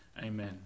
amen